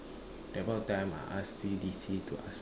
that point of time I ask C_D_C to ask